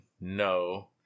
no